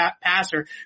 passer